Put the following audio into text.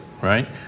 right